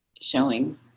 showing